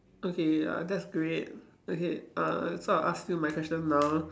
okay ya that's great okay uh so I'll ask you my question now